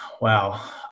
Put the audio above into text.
wow